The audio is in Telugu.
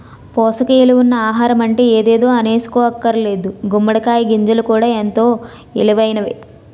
పోసక ఇలువలున్న ఆహారమంటే ఎదేదో అనీసుకోక్కర్లేదు గుమ్మడి కాయ గింజలు కూడా ఎంతో ఇలువైనయే